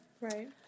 Right